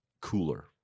cooler